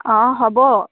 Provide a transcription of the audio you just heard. অঁ হ'ব